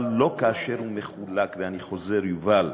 אבל לא כאשר הוא מחולק, ואני חוזר, יובל,